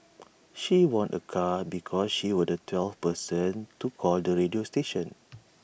she won A car because she was the twelfth person to call the radio station